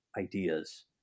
ideas